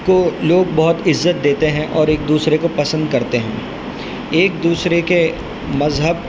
کو لوگ بہت عزت دیتے ہیں اور ایک دوسرے کو پسند کرتے ہیں ایک دوسرے کے مذہب